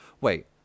Wait